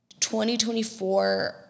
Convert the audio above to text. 2024